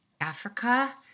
Africa